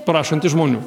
prašant iš žmonių